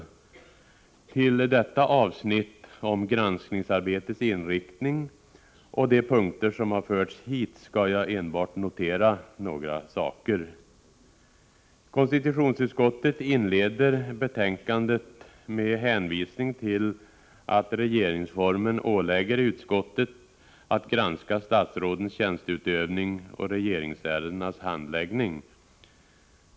I anslutning till avsnittet granskningsarbetets inriktning och de punkter som har förts hit skall jag endast notera några saker. Konstitutionsutskottet inleder betänkandet med en hänvisning till att regeringsformen ålägger utskottet att granska statsrådens tjänsteutövning och regeringsärendenas handläggning.